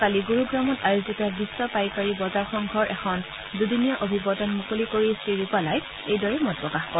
কালি গুৰুগ্ৰামত আয়োজিত বিশ্ব পাইকাৰী বজাৰ সংঘৰ এখন দূদিনীয়া অভিৱৰ্তন মুকলি কৰি শ্ৰীৰূপালাই এইদৰে মতপ্ৰকাশ কৰে